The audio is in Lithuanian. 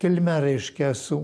kilme reiškia esu